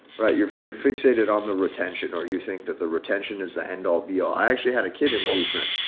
right you're you're fixated on the retention or you think that the retention is the end all be all. i actually had a kid in blueprint.